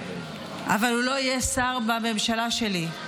אבל הוא לא יהיה שר בממשלה שלי.